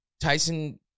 Tyson